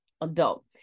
adult